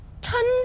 tons